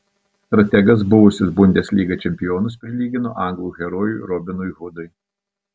strategas buvusius bundesliga čempionus prilygino anglų herojui robinui hudui